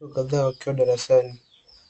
Watoto kadhaa wakiwa darasani